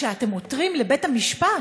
כשאתם עותרים לבית-המשפט,